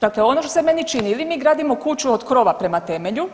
Dakle, ono što se meni čini ili mi gradimo kuću od krova prema temelju,